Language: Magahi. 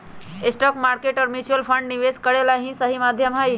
स्टॉक मार्केट और म्यूच्यूअल फण्ड निवेश करे ला सही माध्यम हई